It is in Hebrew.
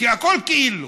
כי הכול כאילו,